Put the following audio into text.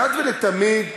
אחת ולתמיד,